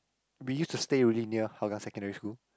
we used to stay really near Hougang secondary school